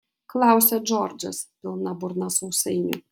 klausia džordžas pilna burna sausainių